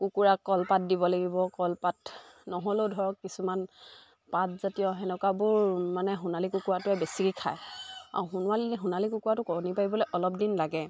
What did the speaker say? কুকুৰা কলপাত দিব লাগিব কলপাত নহ'লেও ধৰক কিছুমান পাতজাতীয় সেনেকুৱাবোৰ মানে সোণালী কুকুৰাটোৱে বেছিকৈ খায় আৰু সোণোৱালী সোণালী কুকুৰাটো কণী পাৰিবলৈ অলপ দিন লাগে